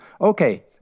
okay